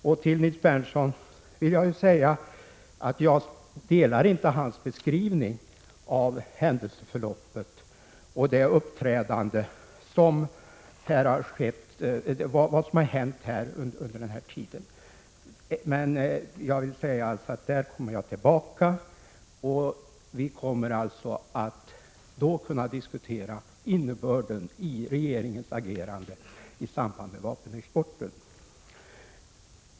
Jag delar inte Nils Berndtsons beskrivning av händelseförloppet under denna tid. Jag kommer alltså tillbaka, och vi kan då diskutera innebörden i regeringens agerande i samband med vapenexporten.